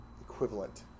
equivalent